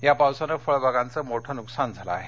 या पावसानं फळबागांचं मोठं नुकसान झालं आहे